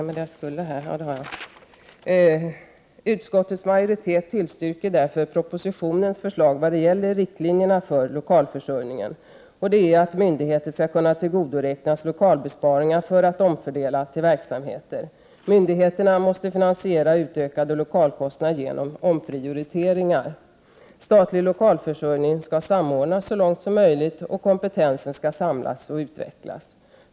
Utskottets majoritet tillstyrker därför propositionens förslag vad gäller riktlinjerna för lokalförsörjningen. De innebär att myndigheter skall kunna tillgodoräknas lokalbesparingar för att omfördela till verksamheter. Myndigheterna måste finansiera utökade lokalkostnader genom omprioriteringar. Statlig lokalförsörjning skall samordnas så långt som möjligt, och kompetensen skall samlas och utvecklas.